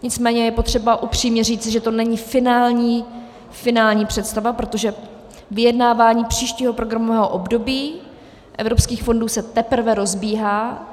Nicméně je potřeba upřímně říci, že to není finální představa, protože vyjednávání příštího programového období evropských fondů se teprve rozbíhá.